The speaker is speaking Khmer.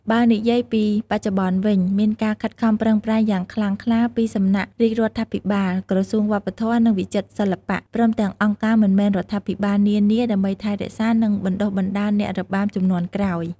បើនិយាយពី បច្ចុប្បន្នវិញ មានការខិតខំប្រឹងប្រែងយ៉ាងខ្លាំងក្លាពីសំណាក់រាជរដ្ឋាភិបាល ក្រសួងវប្បធម៌ និងវិចិត្រសិល្បៈ ព្រមទាំងអង្គការមិនមែនរដ្ឋាភិបាលនានា ដើម្បីថែរក្សា និងបណ្តុះបណ្តាលអ្នករបាំជំនាន់ក្រោយ។